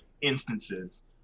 instances